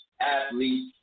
athletes